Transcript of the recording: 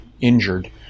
injured